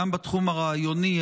גם בתחום הרעיוני,